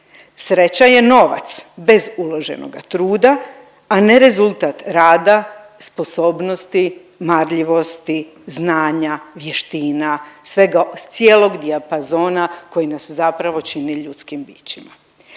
Sreća je novac bez uloženoga truda, a ne rezultat rada, sposobnosti, marljivosti, znanja, vještina, svega cijelog dijapazona koji nas zapravo čini ljudskim bićima.